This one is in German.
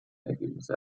ergebnisse